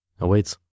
awaits